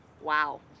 Wow